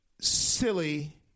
silly